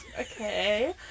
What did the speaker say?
okay